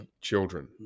Children